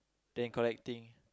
than collecting